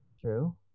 True